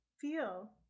feel